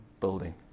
building